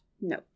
No